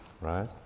right